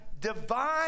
divine